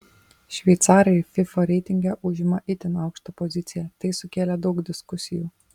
šveicarai fifa reitinge užima itin aukštą poziciją tai sukėlė daug diskusijų